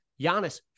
Giannis